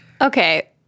Okay